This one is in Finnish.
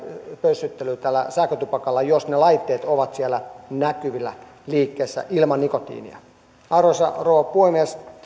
pössyttelyä tällä sähkötupakalla jos ne laitteet ovat siellä liikkeessä näkyvillä ilman nikotiinia arvoisa rouva puhemies